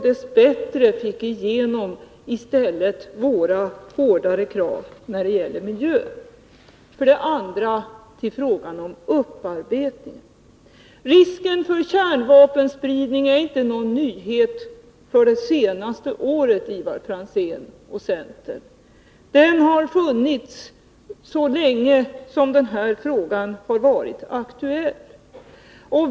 Dess bättre fick vi i stället igenom våra hårdare krav när det gäller miljön. Sedan till frågan om upparbetningen: Risken för kärnvapenspridning är inte någon nyhet för det senaste året, Ivar Franzén och övriga från centern! Den har funnits så länge som den här frågan har varit aktuell.